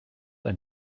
ein